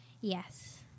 Yes